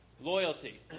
Loyalty